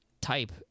type